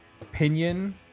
opinion